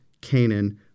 Canaan